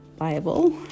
Bible